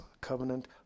covenant